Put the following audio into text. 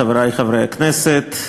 חברי חברי הכנסת,